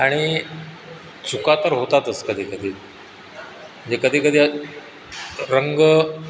आणि चुका तर होतातच कधी कधी म्हणजे कधी कधी रंग